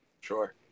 Sure